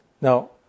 Now